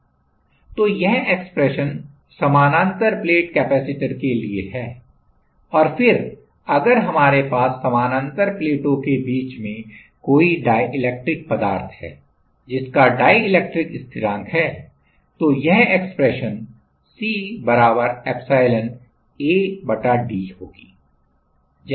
तो यह एक्सप्रेशन समानांतर प्लेट कैपेसिटर के लिए है और फिर अगर हमारे पास समानांतर प्लेटों के बीच में कोई डाई इलेक्ट्रिक पदार्थ है जिसका डाई इलेक्ट्रिक स्थिरांक epsilon है तो यह एक्सप्रेशन C बराबर एप्सिलॉन A d होगी